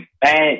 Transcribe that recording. bad